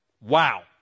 Wow